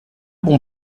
bon